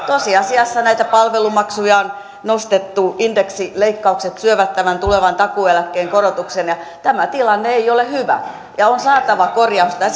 tosiasiassa palvelumaksuja on nostettu indeksileikkaukset syövät tämän tulevan takuueläkkeen korotuksen tämä tilanne ei ole hyvä ja on saatava korjausta